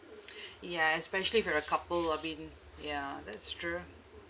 ya especially if you're a couple I mean yeah that's true